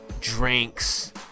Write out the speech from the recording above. drinks